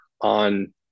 on